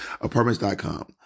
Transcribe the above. Apartments.com